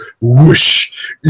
whoosh